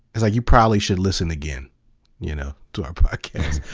it's like you probably should listen again you know to our podcast.